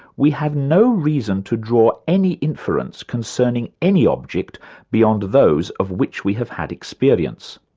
we have no reason to draw any inference concerning any object beyond those of which we have had experience.